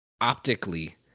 optically